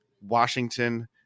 Washington